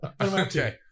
Okay